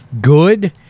Good